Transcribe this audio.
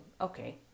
okay